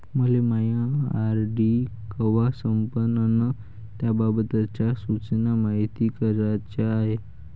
मले मायी आर.डी कवा संपन अन त्याबाबतच्या सूचना मायती कराच्या हाय